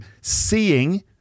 seeing